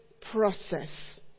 process